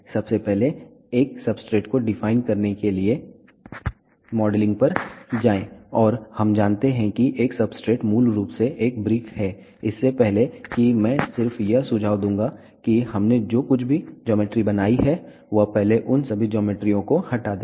सबसे पहले एक सब्सट्रेट को डिफाइन करने के लिए मॉडलिंग पर जाएं और हम जानते हैं कि एक सब्सट्रेट मूल रूप से एक ब्रिक है इससे पहले कि मैं सिर्फ यह सुझाव दूंगा कि हमने जो कुछ भी ज्योमेट्री बनाई है वह पहले उन सभी ज्योमेट्रीयों को हटा दें